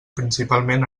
principalment